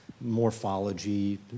morphology